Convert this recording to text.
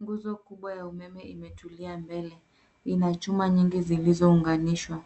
Nguzo kubwa ya umeme imetulia mbele. Ina chuma nyingi zilizounganishwa.